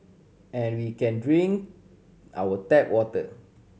and we can drink our tap water